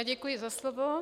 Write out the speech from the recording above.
Děkuji za slovo.